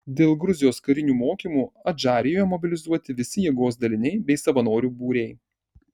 dėl gruzijos karinių mokymų adžarijoje mobilizuoti visi jėgos daliniai bei savanorių būriai